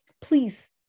please